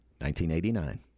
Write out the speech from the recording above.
1989